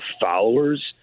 followers